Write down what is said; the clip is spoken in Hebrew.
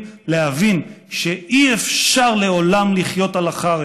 להבין שאי-אפשר לעולם לחיות על החרב".